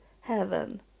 heaven